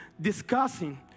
discussing